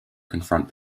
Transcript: confront